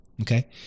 Okay